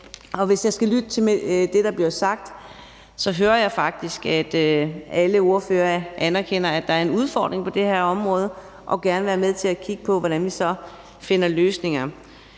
og når jeg lytter til det, der bliver sagt, så hører jeg faktisk, at alle ordførere anerkender, at der er en udfordring på det her område, og gerne vil være med til at kigge på, hvordan vi så finder løsninger.